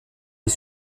les